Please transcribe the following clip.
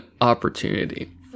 opportunity